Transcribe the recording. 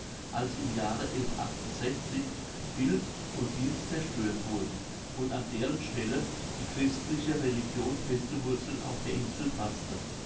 als im jahre bild und dienst zerstört wurden und an deren stelle die christliche religion feste wurzel auf der insel faßte